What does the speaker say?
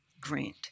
grant